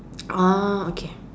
orh okay